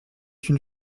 une